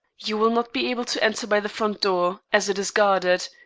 you will not be able to enter by the front door, as it is guarded,